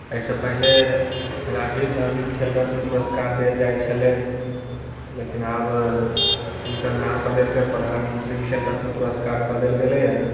एहिसँ पहिले राजीव गाँधी खेल रत्न पुरस्कार देल जाइत छलै लेकिन आब हुनकर नाम बदलि कऽ प्रधानमन्त्री खेल रत्न पुरस्कार कऽ देल गेलैए